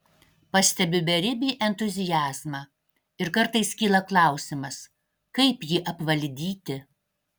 pastebiu beribį entuziazmą ir kartais kyla klausimas kaip jį apvaldyti